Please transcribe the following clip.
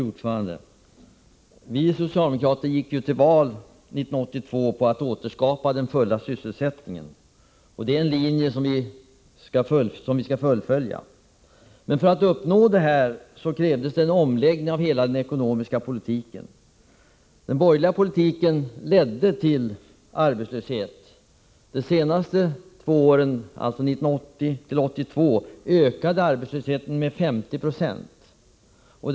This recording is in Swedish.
Fru talman! Vi socialdemokrater gick ju till val 1982 på att återskapa den fulla sysselsättningen. Det är en linje som vi skall fullfölja. Men för att nå detta mål krävdes en omläggning av hela den ekonomiska politiken. Den borgerliga politiken ledde till arbetslöshet. Under åren 1980-1982 ökade arbetslösheten med 50 96.